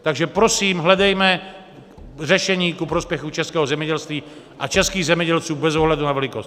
Takže prosím, hledejme řešení ku prospěchu českého zemědělství a českých zemědělců bez ohledu na velikost.